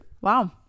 Wow